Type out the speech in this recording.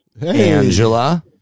Angela